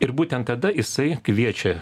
ir būtent tada jisai kviečia